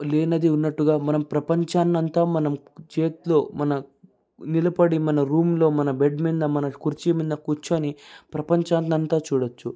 లేనిది ఉన్నట్టుగా మనం ప్రపంచాన్ని అంతా మనం చేతిలో మన నిలబడి మన రూమ్లో మన బెడ్ మీద మన కుర్చీ మీద కూర్చొని ప్రపంచాన్ని అంతా చూడవచ్చు